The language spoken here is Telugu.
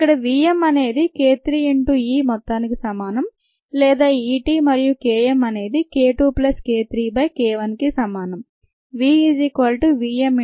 ఇక్కడ vm అనేది k 3 ఇన్టూ E మొత్తానికి సమానం లేదా E t మరియు K m అనేది k 2 plus k 3 by k1 కి సమానం